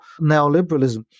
neoliberalism